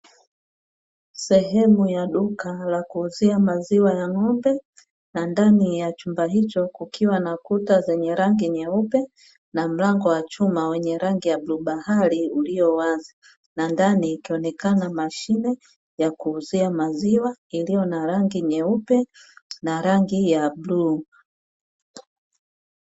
Sehemu ya duka la kuuzia maziwa ya ng'ombe, na ndani ya chumba hicho kukiwa na kuta zenye rangi nyeupe na mlango wa chuma wenye rangi ya bluu bahari ulio wazi, na ndani ikionekana mashine ya kuuzia maziwa iliyo na rangi nyeupe na rangi ya bluu.